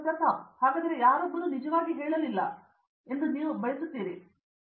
ಪ್ರತಾಪ್ ಹರಿದಾಸ್ ಹಾಗಾದರೆ ಯಾರೊಬ್ಬರೂ ನಿಜವಾಗಿ ಹೇಳಲಿಲ್ಲ ಎಂದು ನೀವು ಬಯಸುತ್ತೀರಿ ಇಲ್ಲ